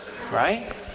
right